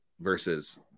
versus